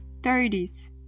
30s